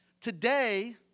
Today